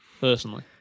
personally